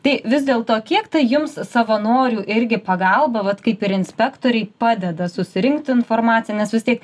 tai vis dėlto kiek tai jums savanorių irgi pagalba vat kaip ir inspektoriai padeda susirinkti informaciją nes vis tiek